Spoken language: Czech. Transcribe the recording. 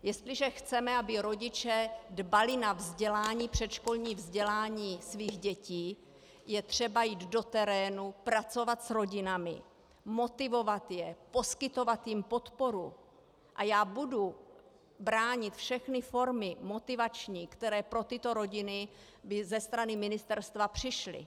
Jestliže chceme, aby rodiče dbali na vzdělání, předškolní vzdělání svých dětí, je třeba jít do terénu, pracovat s rodinami, motivovat je, poskytovat jim podporu a já budu bránit všechny motivační formy, které pro tyto rodiny by ze strany ministerstva přišly.